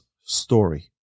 story